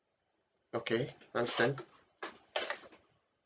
okay understand